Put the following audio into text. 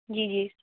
जी जी